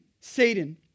Satan